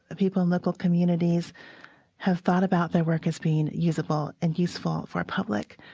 people in local communities have thought about their work as being usable and useful for a public.